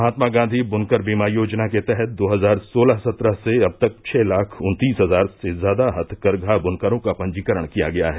महात्मा गांधी बुनकर बीमा योजना के तहत दो हजार सोलह सत्रह से अब तक छह लाख उत्तीस हजार से ज्यादा हथकरघा ब्नकरों का पंजीकरण किया गया है